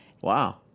Wow